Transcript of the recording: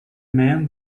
man